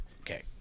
Okay